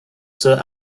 sir